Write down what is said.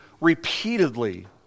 repeatedly